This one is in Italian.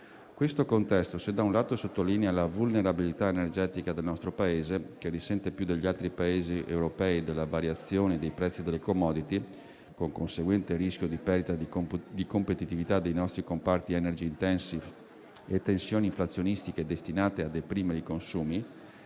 Questo contesto, se da un lato sottolinea la vulnerabilità energetica del nostro Paese, che risente più degli altri Paesi europei della variazione dei prezzi delle *commodity*, con conseguente rischio di perdita di competitività dei nostri comparti *energy-intensive* e tensioni inflazionistiche destinate a deprimere i consumi,